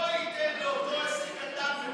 הוא לא ייתן לאותו עסק קטן.